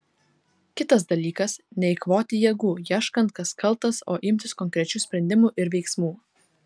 kitas dalykas neeikvoti jėgų ieškant kas kaltas o imtis konkrečių sprendimų ir veiksmų